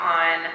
on